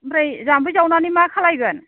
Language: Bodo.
ओमफ्राय जामफै जावनानै मा खालामगोन